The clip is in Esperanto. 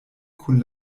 kun